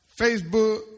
Facebook